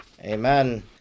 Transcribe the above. Amen